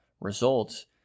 results